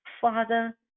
Father